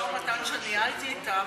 במשא-ומתן שניהלתי אתם,